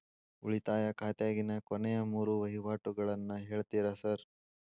ಉಳಿತಾಯ ಖಾತ್ಯಾಗಿನ ಕೊನೆಯ ಮೂರು ವಹಿವಾಟುಗಳನ್ನ ಹೇಳ್ತೇರ ಸಾರ್?